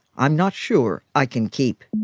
i'm not sure i can keep.